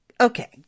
okay